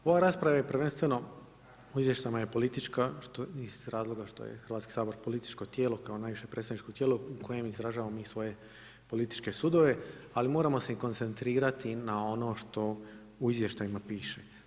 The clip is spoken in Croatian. Ova rasprava je prvenstveno u izvještajima je politička iz razloga što je Hrvatski sabor političko tijelo, kao najviše predstavničko tijelo u kojem izražavamo mi svoje političke sudove, ali moramo se i koncentrirati na ono što u izvještajima piše.